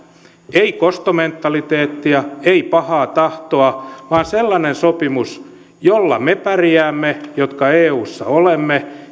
ei kostomentaliteettia ei pahaa tahtoa vaan sellainen sopimus jolla me jotka eussa olemme